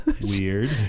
Weird